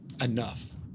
enough